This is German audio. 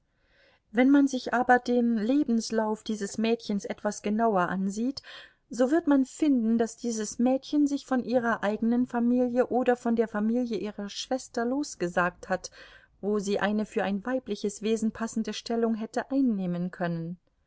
wenn man sich aber den lebenslauf dieses mädchens etwas genauer ansieht so wird man finden daß dieses mädchen sich von ihrer eigenen familie oder von der familie ihrer schwester losgesagt hat wo sie eine für ein weibliches wesen passende stellung hätte einnehmen können